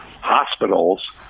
hospitals